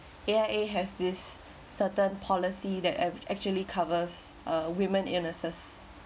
yeah it has this certain policy that ac~ actually covers uh women illnesses